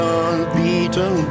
unbeaten